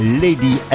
Lady